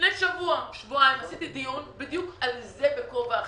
לפני שבוע-שבועיים קיימתי דיון בדיוק על זה בכובע אחר,